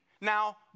now